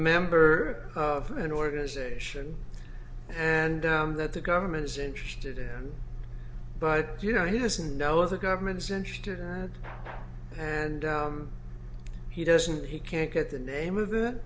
member of an organization and that the government is interested in them but you know he doesn't know the government's interest and he doesn't he can't get the name of it